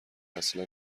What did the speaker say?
اصلا